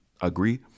agree